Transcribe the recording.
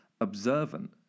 observant